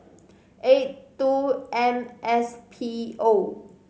eight two M S P O